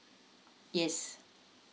yes